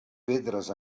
pedres